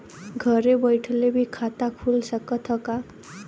घरे बइठले भी खाता खुल सकत ह का?